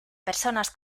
personas